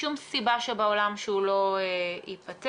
שום סיבה שבעולם שהוא לא ייפתר.